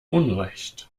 unrecht